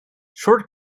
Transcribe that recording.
short